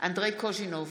אנדרי קוז'ינוב,